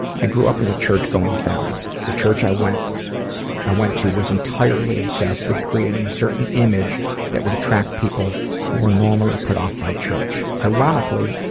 i grew up in a church-going family. the church i went i went to was entirely obsessed with creating a certain image that would attract people who were normally put off by church. ironically,